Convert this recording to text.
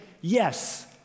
yes